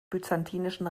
byzantinischen